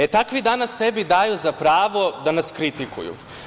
E, takvi danas sebi daju za pravo da nas kritikuju.